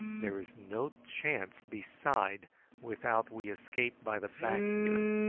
there is no chance beside without we escape by the back here,